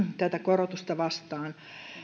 tätä korotusta vastaan